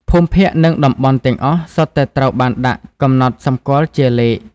ភូមិភាគនិងតំបន់ទាំងអស់សុទ្ធតែត្រូវបានដាក់កំណត់សម្គាល់ជាលេខ។